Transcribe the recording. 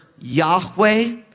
Yahweh